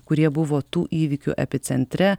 kurie buvo tų įvykių epicentre